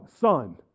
Son